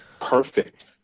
perfect